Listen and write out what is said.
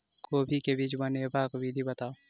कोबी केँ बीज बनेबाक विधि बताऊ?